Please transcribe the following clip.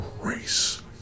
race